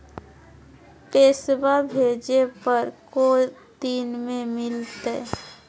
पैसवा भेजे पर को दिन मे मिलतय?